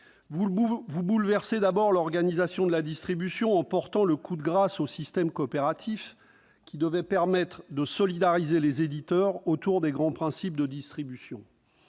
vous bouleversez d'abord l'organisation de la distribution en portant le coup de grâce au système coopératif, qui devait permettre de solidariser les éditeurs autour des grands principes de distribution.